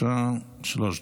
בבקשה, שלוש דקות.